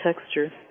texture